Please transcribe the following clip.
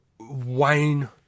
Wayne